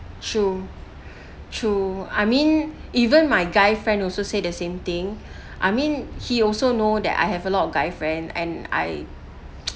true true I mean even my guy friend also say the same thing I mean he also know that I have a lot of guy friend and I